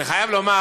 אני חייב לומר